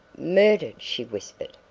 murdered! she whispered.